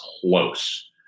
close